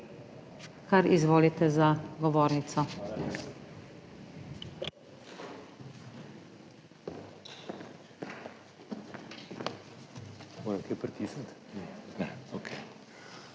Kar izvolite za govornico.